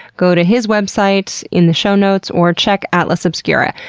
go to his website in the show notes or check atlas obscura.